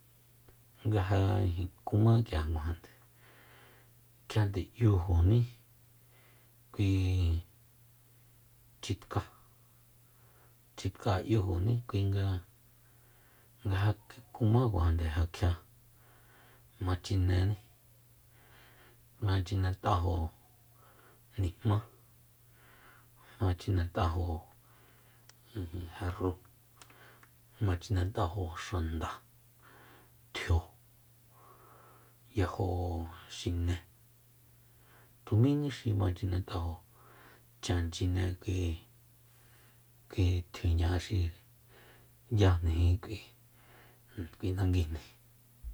Nga ja kuma k'iakuajande 'yujuní kui chitkáa- chitkáa 'yujuní kui kuinga nga ja kuma kuajande ja kjia ma chinení ma chinet'ajo nijmá ma chinet'ajo jarrúu ma chinet'ajo xandan tjio yajo xiné tu mini xi ma chinet'ajo chan chine kui- kui tjiuña xi yajnijin k'ui nanguijni